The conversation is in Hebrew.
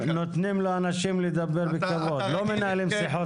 נותנים לאנשים לדבר, לא מנהלים שיחות.